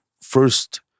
first